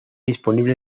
disponible